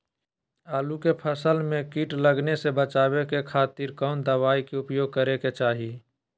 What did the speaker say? आलू के फसल में कीट लगने से बचावे खातिर कौन दवाई के उपयोग करे के चाही?